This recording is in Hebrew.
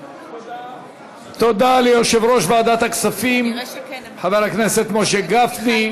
תודה ליושב-ראש ועדת הכספים, חבר הכנסת משה גפני.